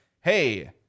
Hey